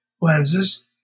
lenses